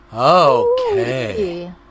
Okay